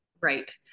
Right